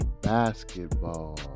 basketball